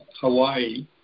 Hawaii